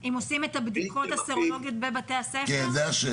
אם עושים את הבדיקות הסרולוגיות בבתי הספר?